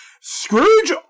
Scrooge